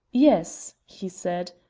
yes, he said.